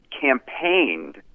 campaigned